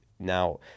Now